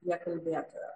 prie kalbėtojo